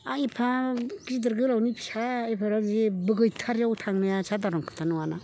एफा गिदिर गोलावनि फिसा एफाराब जेबो गैथारियाव थांनाया साधारन खोथा नङाना